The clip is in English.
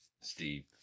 Steve